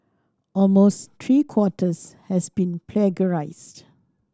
almost three quarters has been plagiarised